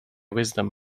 wisdom